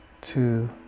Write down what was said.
two